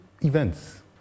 events